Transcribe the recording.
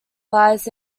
lies